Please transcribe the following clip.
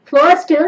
First